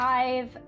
Five